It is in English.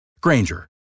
Granger